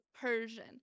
Persian